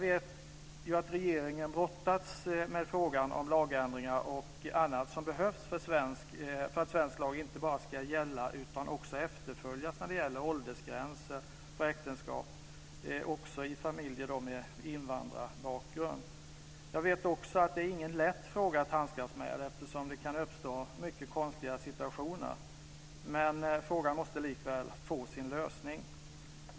Jag vet att regeringen brottats med frågan om lagändringar och annat som behövs för att svensk lag inte bara ska gälla utan också efterföljas när det gäller åldersgränser för äktenskap också i familjer med invandrarbakgrund. Jag vet också att det inte är någon lätt fråga att handskas med eftersom det kan uppstå mycket konstiga situationer. Men frågan måste likväl få sin lösning.